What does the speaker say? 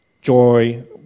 joy